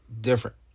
different